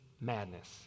madness